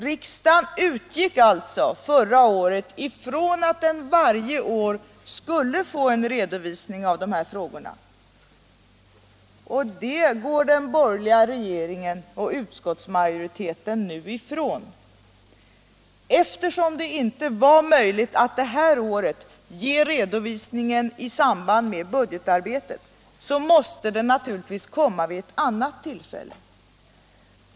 Riksdagen utgick alltså förra året från att den varje år skulle få en redovisning av de här frågorna. Det går den borgerliga regeringen och utskottsmajoriteten nu ifrån. Eftersom det inte var möjligt att i år ge redovisningen i samband med budgetarbetet, måste den naturligtvis komma vid ett annat tillfälle.